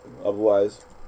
otherwise